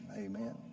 Amen